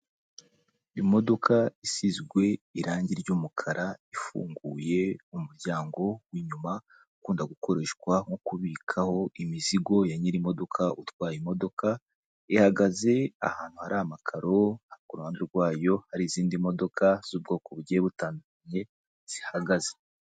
Imodoka isizwe irangi ry'umukara, ifunguye umuryango w'inyuma, ukunda gukoreshwa nko kubikwaho imizigo ya nyiri imodoka utwaye imodoka, ihagaze ahantu hari amakaro, ku ruhande rwayo hari izindi modoka z'ubwoko bugiye butandukanye zihagaze.